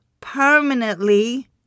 permanently